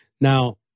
Now